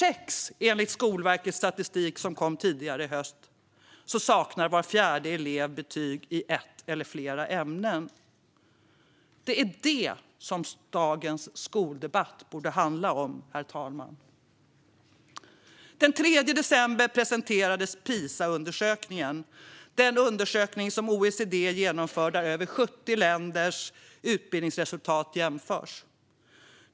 Enligt Skolverkets statistik, som kom tidigare i höst, saknar var fjärde elev betyg i ett eller flera ämnen redan i årskurs 6. Det är det som dagens skoldebatt borde handla om, herr talman. Den 3 december presenterades PISA-undersökningen, den undersökning som OECD genomför där över 70 länders utbildningsresultat jämförs.